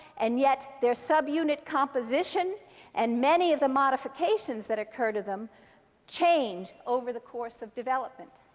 and yet, their subunit composition and many of the modifications that occur to them change over the course of development.